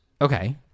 Okay